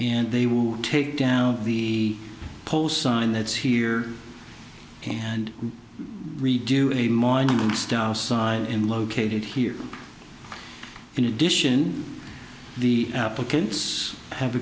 and they will take down the pole sign that's here and redo a monument style side and located here in addition the applicants have